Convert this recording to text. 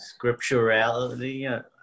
Scripturality